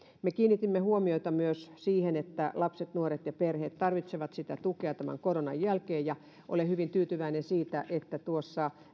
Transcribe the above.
me kiinnitimme huomiota myös siihen että lapset nuoret ja perheet tarvitsevat tukea tämän koronan jälkeen ja olen hyvin tyytyväinen siihen että tuossa